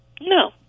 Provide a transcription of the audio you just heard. no